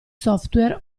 software